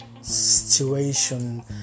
situation